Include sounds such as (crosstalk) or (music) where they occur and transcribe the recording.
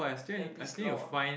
and be slow (noise)